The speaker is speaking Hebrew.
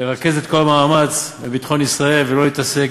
לרכז את כל המאמץ בביטחון ישראל ולא להתעסק